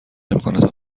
امکانات